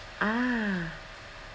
ah